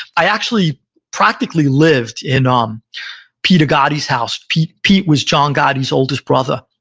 i actually practically lived in um peter gotti's house. pete pete was john gotti's oldest brother.